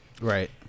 Right